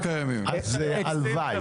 הלוואי.